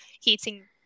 heating